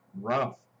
rough